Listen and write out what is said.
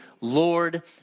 Lord